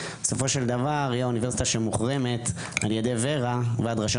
בסופו של דבר היא האוניברסיטה שמוחרמת על ידי ור"ה ועד ראשי